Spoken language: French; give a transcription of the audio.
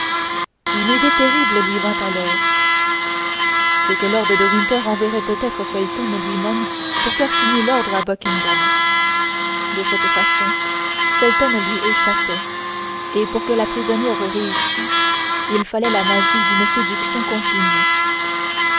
une idée terrible lui vint alors c'est que lord de winter enverrait peut-être felton lui-même pour faire signer l'ordre à buckingham de cette façon felton lui échappait et pour que la prisonnière réussît il fallait la magie d'une séduction continue